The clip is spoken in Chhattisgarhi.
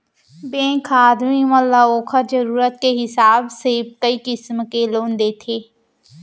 बेंक ह आदमी मन ल ओकर जरूरत के हिसाब से कई किसिम के लोन देथे